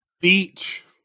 Beach